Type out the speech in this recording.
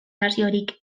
naziorik